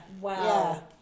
wow